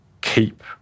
keep